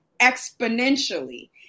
exponentially